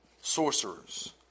Sorcerers